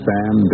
Sam